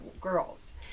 girls